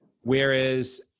Whereas